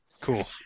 Cool